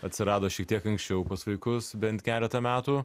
atsirado šiek tiek anksčiau pas vaikus bent keletą metų